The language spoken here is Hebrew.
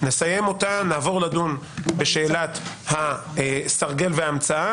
נסיים אותה ונעבור לדון בשאלת הסרגל וההמצאה,